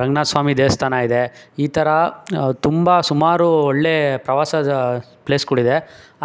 ರಂಗ್ನಾಥ ಸ್ವಾಮಿ ದೇವಸ್ಥಾನ ಇದೆ ಈ ಥರ ತುಂಬ ಸುಮಾರು ಒಳ್ಳೆಯ ಪ್ರವಾಸದ ಪ್ಲೇಸ್ಗಳು ಇದೆ